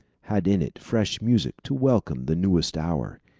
had in it fresh music to welcome the newest hour,